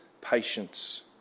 patience